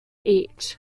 each